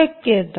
शक्यता